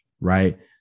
right